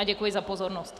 Děkuji za pozornost.